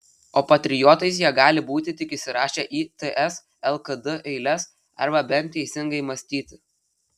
o patriotais jie gali būti tik įsirašę į ts lkd eiles arba bent teisingai mąstyti